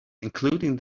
including